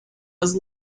was